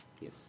Yes